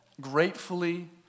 gratefully